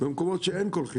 במקומות שאין קולחין,